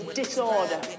disorder